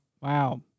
Wow